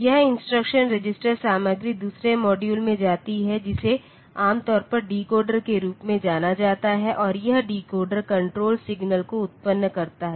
यह instruction register सामग्री दूसरे मॉड्यूल में जाती है जिसे आमतौर पर डिकोडर के रूप में जाना जाता है और यह डिकोडर कण्ट्रोल सिग्नल को उत्पन्न करता है